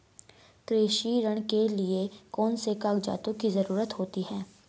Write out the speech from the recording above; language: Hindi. कृषि ऋण के लिऐ कौन से कागजातों की जरूरत होती है?